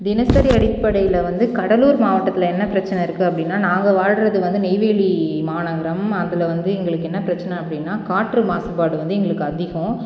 தினசரி அடிப்படையில் வந்து கடலூர் மாவட்டத்தில் என்ன பிரச்சின இருக்குது அப்படின்னால் நாங்கள் வாழுகிறது வந்து நெய்வேலி மாநகரம் அதில் வந்து எங்களுக்கு என்ன பிரச்சின அப்படினா காற்று மாசுபாடு வந்து எங்களுக்கு அதிகம்